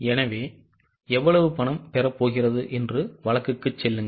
எனவே எவ்வளவு பணம் பெறப் போகிறது என்று வழக்குக்குச் செல்லுங்கள்